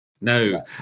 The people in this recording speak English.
No